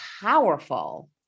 powerful